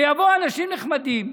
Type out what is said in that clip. ויבואו אנשים נחמדים,